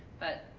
but